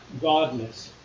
godness